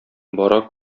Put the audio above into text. бара